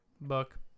book